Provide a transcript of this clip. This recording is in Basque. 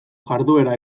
jarduera